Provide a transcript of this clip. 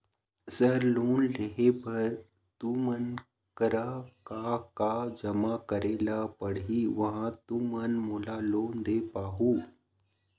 Sir loan लेहे बर तुमन करा का का जमा करें ला पड़ही तहाँ तुमन मोला लोन दे पाहुं?